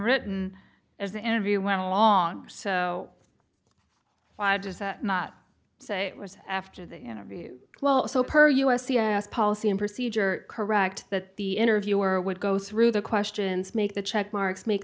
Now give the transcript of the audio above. written as the interview went along so why not say it was after the interview well so per us policy in procedure correct that the interviewer would go through the questions make the check marks make